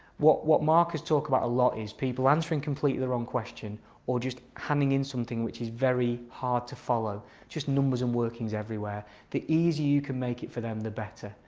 what what markers talk about a lot is people answering completely the wrong question or just handing in something which is very hard to follow just numbers and workings everywhere the easier you can make it for them, the better.